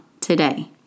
today